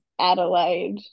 Adelaide